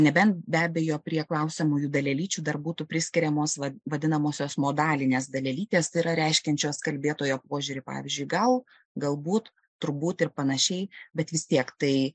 nebent be abejo prie klausiamų jų dalelyčių dar būtų priskiriamos vad vadinamosios modalinės dalelytės tai yra reiškiančios kalbėtojo požiūrį pavyzdžiui gal galbūt turbūt ir panašiai bet vis tiek tai